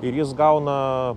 ir jis gauna